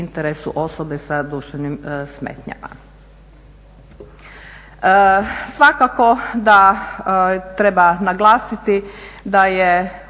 interesu osobe sa duševnim smetnjama. Svakako da treba naglasiti da je